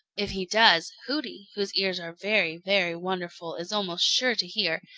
if he does, hooty, whose ears are very, very wonderful, is almost sure to hear,